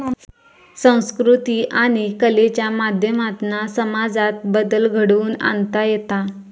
संकृती आणि कलेच्या माध्यमातना समाजात बदल घडवुन आणता येता